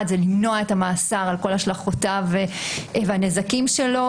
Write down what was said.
את המאסר על כל השלכותיו והנזקים שלו,